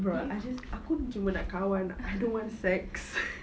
bro I just aku cuma nak kawan I don't want sex